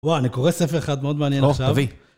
וואו, אני קורא ספר אחד מאוד מעניין עכשיו... או, תביא